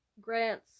Grant's